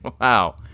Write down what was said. Wow